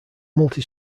multi